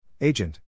Agent